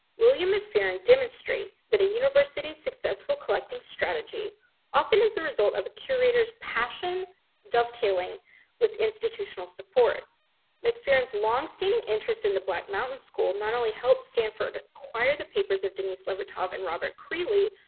william mcpheron demonstrates that a university's successful collecting strategy often is the result of a curator's passion dovetailing with institutional support mcpheron's long-standing interest in the black mountain school not only helped stanford acquire the papers of denise levertov and robert creeley,